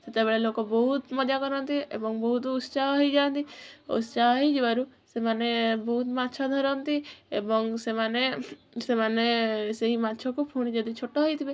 ସେତେବେଳେ ଲୋକ ବହୁତ ମଜା କରନ୍ତି ଏବଂ ବହୁତ ଉତ୍ସାହ ହେଇଯାନ୍ତି ଉତ୍ସାହ ହେଇଯିବାରୁ ସେମାନେ ବହୁତ ମାଛ ଧରନ୍ତି ଏବଂ ସେମାନେ ସେମାନେ ସେଇ ମାଛକୁ ପୁଣି ଯଦି ଛୋଟ ହେଇଥିବେ